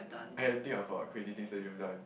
ever think of a crazy things that you have done